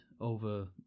over